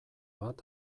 bat